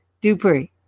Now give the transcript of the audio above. Dupree